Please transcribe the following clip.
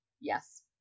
yes